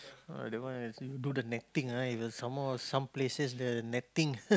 ah that one I see you do the netting ah some more some places the netting